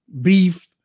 beef